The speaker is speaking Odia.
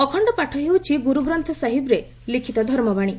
ଅଖଣ୍ଡ ପାଠ ହେଉଛି ଗୁରୁଗ୍ରନ୍ଥ ସାହିବରେ ଲିଖିତ ଧର୍ମବାଣୀ